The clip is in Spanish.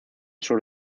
sur